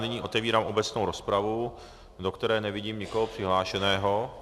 Nyní otevírám obecnou rozpravu, do které nevidím nikoho přihlášeného.